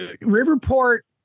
Riverport